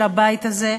של הבית הזה,